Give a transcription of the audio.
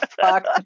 fuck